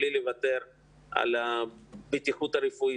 בלי לוותר על הבטיחות הרפואית,